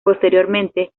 posteriormente